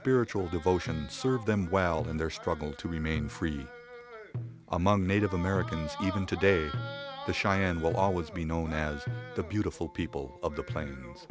spiritual devotion served them well in their struggle to remain free among native americans even today the cheyenne will always be known as the beautiful people of the pla